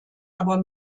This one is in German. aber